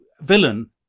villain